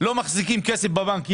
לא מחזיקים כסף בבנקים.